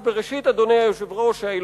או שתורת ישראל מתבטאת במדרש בראשית,